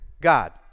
God